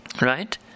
Right